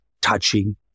touching